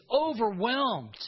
overwhelmed